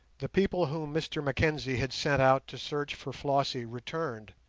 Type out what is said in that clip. the people whom mr mackenzie had sent out to search for flossie returned,